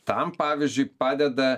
tam pavyzdžiui padeda